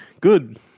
Good